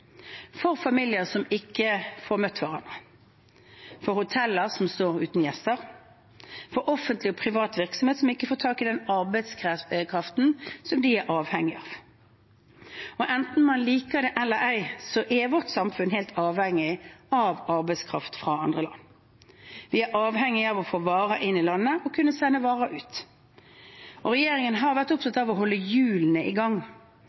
for familier som ikke får møtt hverandre, for hoteller som står uten gjester, for offentlige og private virksomheter som ikke får tak i den arbeidskraften de er avhengige av. Enten man liker det eller ei, er vårt samfunn helt avhengig av arbeidskraft fra andre land. Vi er avhengige av å få varer inn i landet og av å kunne sende varer ut. Regjeringen har vært opptatt av å holde hjulene i gang.